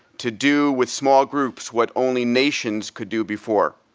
to do with small groups what only nations could do before.